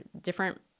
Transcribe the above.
different